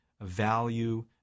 value